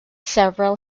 several